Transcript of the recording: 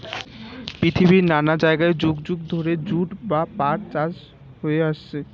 পৃথিবীর নানা জায়গায় যুগ যুগ ধরে জুট বা পাট চাষ হয়ে আসছে